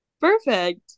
Perfect